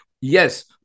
yes